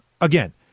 again